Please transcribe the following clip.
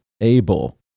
able